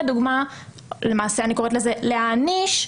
אני קוראת לזה להעניש,